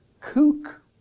kook